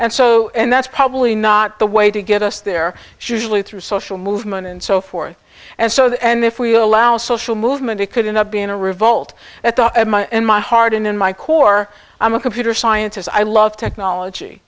and so and that's probably not the way to get us there she usually through social movement and so forth and so that and if we allow social movement it could end up being a revolt in my heart and in my core i'm a computer scientist i love technology